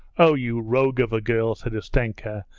oh, you rogue of a girl said ustenka,